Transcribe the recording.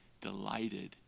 delighted